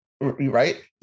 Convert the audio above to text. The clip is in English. Right